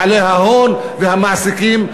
בעלי ההון והמעסיקים,